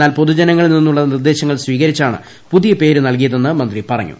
എന്നാൽ പൊതുജനങ്ങളിൽ നിന്നുള്ള നിർദ്ദേശങ്ങൾ സ്വീകരിച്ചാണ് പുതിയ പേര് നൽകിയതെന്ന് മന്ത്രി പറഞ്ഞു